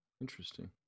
Interesting